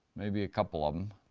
maybe a couple of them.